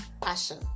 Passion